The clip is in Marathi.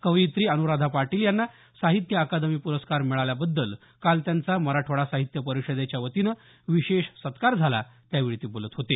कवयित्री अनुराधा पाटील यांना साहित्य अकादमी प्रस्कार मिळाल्याबद्दल काल त्यांचा मराठवाडा साहित्य परिषदेच्या वतीन विशेष सत्कार झाला त्यावेळी ते बोलत होते